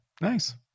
Nice